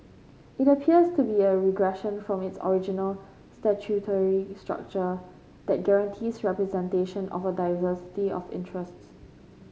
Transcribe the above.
it appears to be a regression from its original statutory structure that guarantees representation of a diversity of interests